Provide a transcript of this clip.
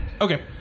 Okay